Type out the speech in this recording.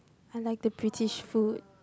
I like the British food